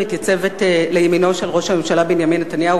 מתייצבת לימינו של ראש הממשלה בנימין נתניהו,